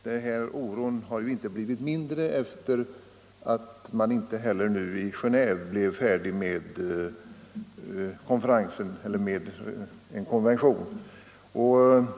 Denna oro har inte blivit mindre av att man vid konferensen i Genéve senast inte blev färdig med en konvention i frågan.